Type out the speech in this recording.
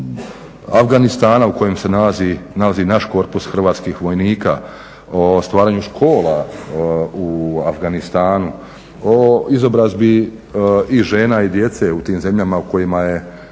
Afganistana u kojem se nalazi naš korpus Hrvatskih vojnika, o stvaranju škola u Afganistanu, o izobrazbi i žena i djece u tim zemljama u kojima je